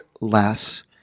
less